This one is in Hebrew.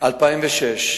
בשנת 2006